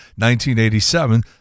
1987